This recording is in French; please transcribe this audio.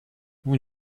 vous